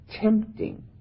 tempting